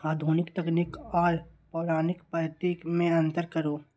आधुनिक तकनीक आर पौराणिक पद्धति में अंतर करू?